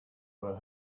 were